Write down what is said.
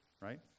right